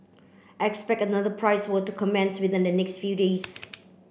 expect another price war to commence within next few days